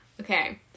okay